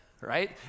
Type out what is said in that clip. right